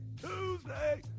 Tuesday